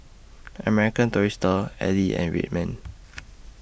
American Tourister Elle and Red Man